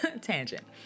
tangent